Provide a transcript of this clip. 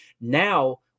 Now